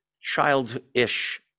childish